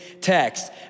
text